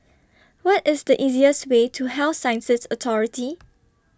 What IS The easiest Way to Health Sciences Authority